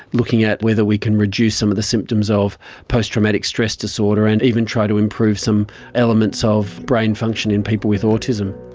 looking at whether we can reduce some of the symptoms of post-traumatic stress disorder and even try to improve some elements of brain function in people with autism.